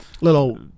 Little